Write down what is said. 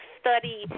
study